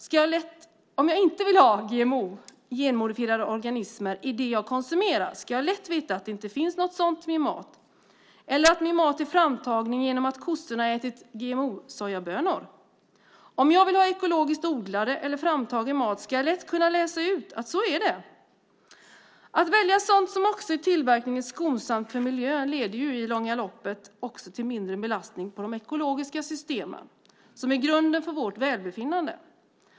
Men om jag inte vill ha GMO, genmodifierade organismer, i det jag konsumerar ska jag lätt veta att det inte finns något sådant i min mat eller att min mat är framtagen genom att kossorna ätit GMO-sojabönor. Om jag vill ha ekologiskt odlad eller framtagen mat ska jag lätt kunna läsa ut att så är fallet. Att välja sådant som också är tillverkat på ett sätt som är skonsamt för miljön leder i långa loppet också till en mindre belastning på de ekologiska systemen som är grunden för vårt välbefinnande.